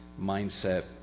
mindset